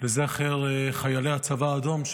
לזכר חיילי הצבא האדום,